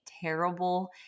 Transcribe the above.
terrible